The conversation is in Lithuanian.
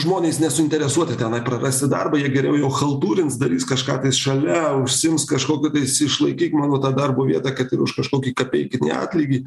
žmonės nesuinteresuoti tenai prarasti darbą jie geriau jau chaltūrins darys kažką šalia užsiims kažkokiu tais išlaikyk mano tą darbo vietą kad ir už kažkokį kapeikinį atlygį